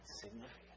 significant